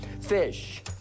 Fish